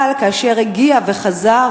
אבל כשהגיע וחזר